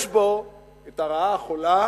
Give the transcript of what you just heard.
יש בו הרעה החולה